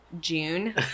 June